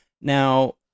Now